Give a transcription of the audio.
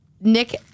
Nick